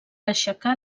aixecar